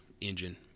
engine